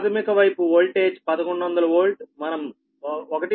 ప్రాధమిక వైపు వోల్టేజ్ 1100 వోల్ట్మనం 1